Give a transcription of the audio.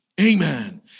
Amen